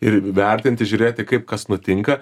ir vertinti žiūrėti kaip kas nutinka